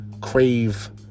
crave